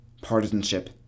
partisanship